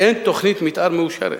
אין תוכנית מיתאר מאושרת,